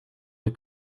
est